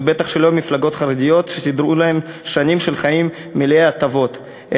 ובטח שלא מפלגות חרדיות שסידרו להם שנים של חיים מלאי הטבות,